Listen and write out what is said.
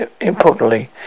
importantly